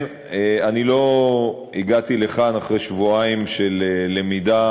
אני לא הגעתי לכאן אחרי שבועיים של למידה